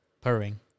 Purring